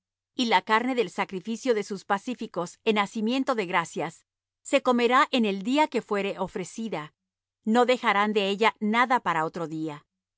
y la carne del sacrificio de sus pacíficos en hacimiento de gracias se comerá en el día que fuere ofrecida no dejarán de ella nada para otro día